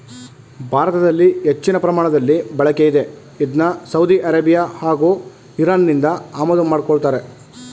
ಭಾರತದಲ್ಲಿ ಹೆಚ್ಚಿನ ಪ್ರಮಾಣದಲ್ಲಿ ಬಳಕೆಯಿದೆ ಇದ್ನ ಸೌದಿ ಅರೇಬಿಯಾ ಹಾಗೂ ಇರಾನ್ನಿಂದ ಆಮದು ಮಾಡ್ಕೋತಾರೆ